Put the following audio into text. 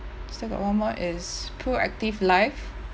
still got one more is PruActive Life